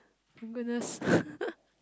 goodness